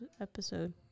episode